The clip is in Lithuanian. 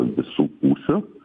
visų pusių